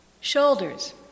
shoulders